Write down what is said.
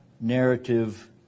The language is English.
narrative